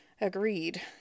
Agreed